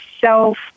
self